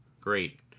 great